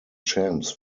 champs